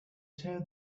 tell